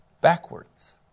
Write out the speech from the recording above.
backwards